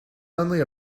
only